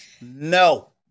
No